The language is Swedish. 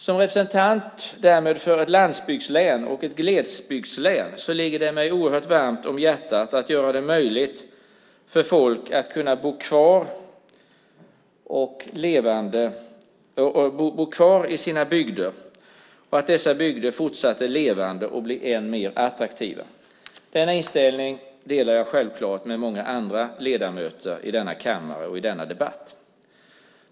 Som representant därmed för ett landsbygds och glesbygdslän ligger det mig oerhört varmt om hjärtat att göra det möjligt för folk att bo kvar i sina bygder och att dessa bygder fortsatt är levande och blir ännu attraktivare. Denna inställning delar jag självklart med många andra ledamöter av denna kammare och i denna debatt.